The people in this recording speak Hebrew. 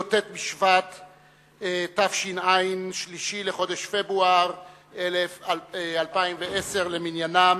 י"ט בשבט התש"ע, 3 בחודש פברואר 2010 למניינם.